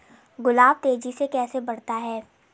गुलाब तेजी से कैसे बढ़ता है?